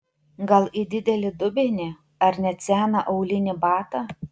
gal į didelį dubenį ar net seną aulinį batą